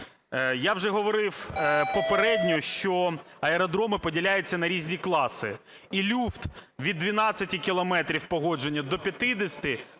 Я вже говорив попередньо, що аеродроми поділяються на різні класи, і люфт від 12 кілометрів погодження до 50 створює